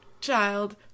child